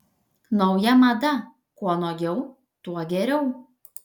nauja mada kuo nuogiau tuo geriau